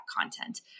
content